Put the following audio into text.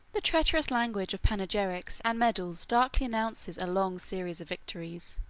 the treacherous language of panegyrics and medals darkly announces a long series of victories.